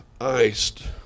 iced